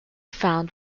found